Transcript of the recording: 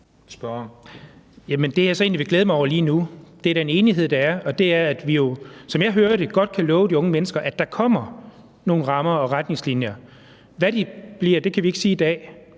egentlig vil glæde mig over lige nu, er den enighed, der er, nemlig at vi, som jeg hører det, godt kan love de unge mennesker, at der kommer nogle rammer og retningslinjer. Hvad de bliver, kan vi ikke sige i dag,